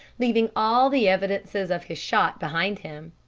leaving all the evidences of his shot behind him!